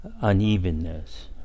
unevenness